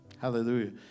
Hallelujah